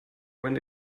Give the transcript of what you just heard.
when